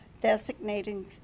designating